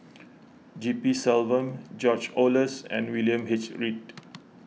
G P Selvam George Oehlers and William H Read